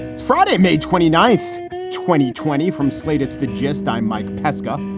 friday, may twenty, nice twenty twenty from slate, it's the gist. i'm mike pesca.